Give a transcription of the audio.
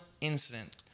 incident